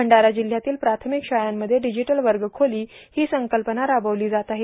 भंडारा जिल्ह्यातील प्रार्थामक शाळांमध्ये डिजीटल वगखोला हा संकल्पना रार्बावला जात आहे